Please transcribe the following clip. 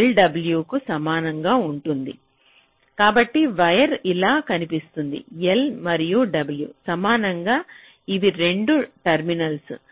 l w కు సమానంగా ఉంటుంది కాబట్టి వైర్ ఇలా కనిపిస్తుంది l మరియు w సమానంగా ఇవి 2 టెర్మినల్స